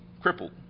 crippled